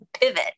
pivot